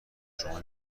شما